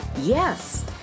Yes